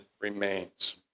remains